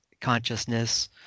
consciousness